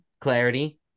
clarity